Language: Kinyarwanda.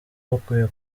bukwiye